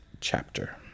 chapter